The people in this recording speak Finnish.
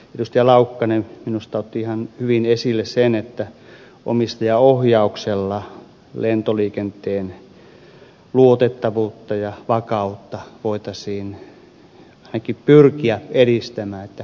laukkanen minusta otti ihan hyvin esille sen että omistajaohjauksella lentoliikenteen luotettavuutta ja vakautta voitaisiin ainakin pyrkiä edistämään